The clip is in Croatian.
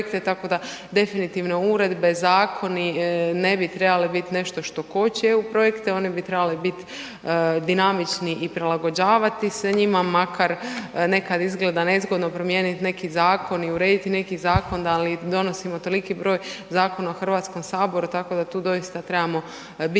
tako da definitivno uredbe, zakoni ne bi trebali biti nešto što koči eu projekte, oni bi trebali biti dinamični i prilagođavati se njima, makar nekad izgleda nezgodno promijeniti neki zakon i urediti neki zakon, ali donosimo toliki broj zakona u Hrvatskom saboru tako da tu doista trebamo biti